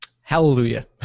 Hallelujah